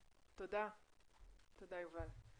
תודה, יובל.